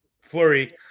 flurry